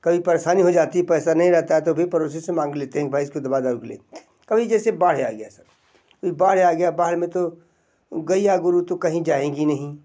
कभी परेशानी हो जाती पैसा नहीं रहता तो भी पड़ोसी से माँग लेते हैं भैंस की दवा दारू के लिए कभी जैसे बाढ़ आ गया सर बाढ़ आ गया बाढ़ में तो गैया गुरु तो कहीं जाएंगी नहीं